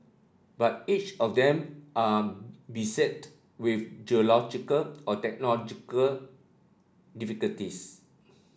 but each of them are beset with geological or technological difficulties